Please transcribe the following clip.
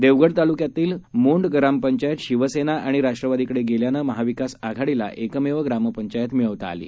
देवगडतालुक्यातलीमोंडग्रामपंचायतशिवसेनाआणिराष्ट्रवादीकडेगेल्यानंमहाविकासआ घाडीलाएकमेवग्रामपंचायतमिळवताआली